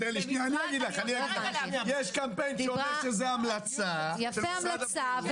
יש קמפיין שאומר שזה המלצה של משרד הבריאות,